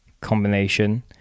combination